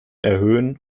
erhöhen